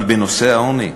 אבל בנושא העוני?